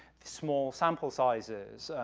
small sample sizes,